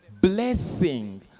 blessing